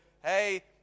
hey